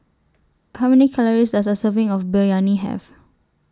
How Many Calories Does A Serving of Biryani Have